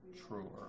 truer